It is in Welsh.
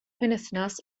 penwythnos